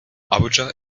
abuja